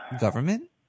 government